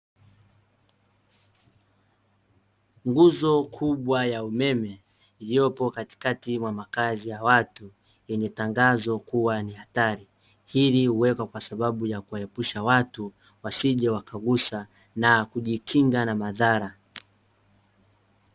Nguzo kubwa ya umeme iliyopo katikati mwa makazi ya watu yenye tangazo kuwa ni hatari. Hili huwekwa kwa sababu ya kuepusha watu wasije wakagusa na kujikinga na madhara.